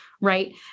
right